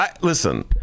Listen